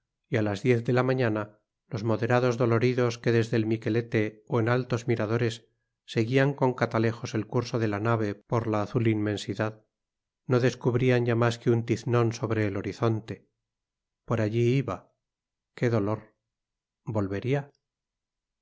y a las diez de la mañana los moderados doloridos que desde el miquelete o en altos miradores seguían con catalejos el curso de la nave por la azul inmensidad no descubrían ya más que un tiznón sobre el horizonte por allí iba qué dolor volvería